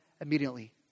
immediately